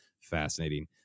fascinating